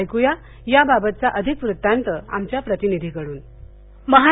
ऐकुया याबाबतचा अधिक वृत्तांत आमच्या प्रतिनिधी कड्न